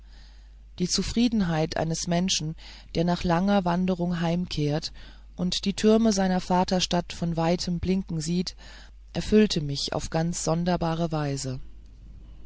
die zufriedenheit eines menschen der nach langer wanderung heimkehrt und die türme seiner vaterstadt von weitem blinken sieht erfüllte mich auf ganz sonderbare weise